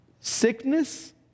sickness